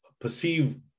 perceive